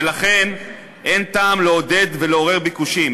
ולכן אין טעם לעודד ולעורר ביקושים.